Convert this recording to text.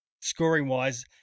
scoring-wise